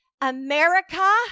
America